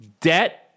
debt